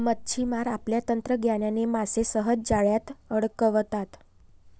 मच्छिमार आपल्या तंत्रज्ञानाने मासे सहज जाळ्यात अडकवतात